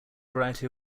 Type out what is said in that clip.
variety